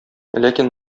ләкин